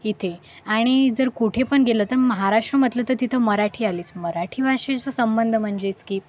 इथे आणि जर कुठे पण गेलं तर महाराष्ट्र म्हटलं तर तिथं मराठी आलीच मराठी भाषेचा संबंध म्हणजेच की